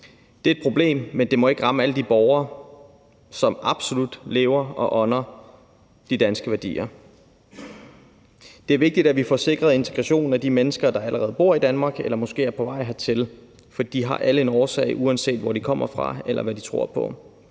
Det er et problem, men det må ikke ramme alle de borgere, som absolut lever og ånder for de danske værdier. Det er vigtigt, at vi får sikret integrationen af de mennesker, der allerede bor i Danmark eller måske er på vej hertil, for de har alle en årsag, uanset hvor de kommer fra, eller hvad de tror på.